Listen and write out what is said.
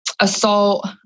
assault